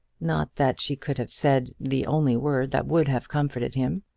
not that she could have said the only word that would have comforted him.